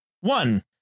One